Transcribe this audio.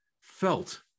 felt